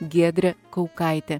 giedrė kaukaitė